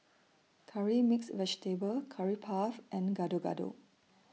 Curry Mixed Vegetable Curry Puff and Gado Gado